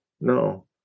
No